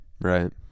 right